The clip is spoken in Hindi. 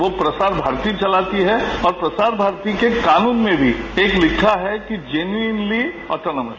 वो प्रसार भारती चलाती है और प्रसार भारती के कानून में भी एक लिखा है कि जेनरली ऑटोनोमी